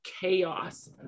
chaos